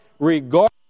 regardless